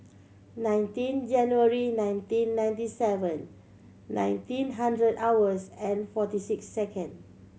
nineteen January nineteen ninety seven nineteen hundred hours and forty six second